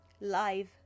live